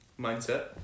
mindset